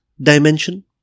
dimension